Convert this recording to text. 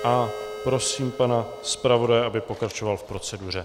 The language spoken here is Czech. A prosím pana zpravodaje, aby pokračoval v proceduře.